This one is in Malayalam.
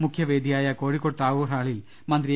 മുഖ്യ വേദിയായ കോഴിക്കോട് ടാഗോർ ഹാളിൽ മന്ത്രി എ